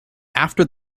after